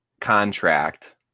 contract